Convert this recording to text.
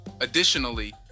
Additionally